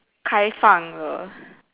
开放了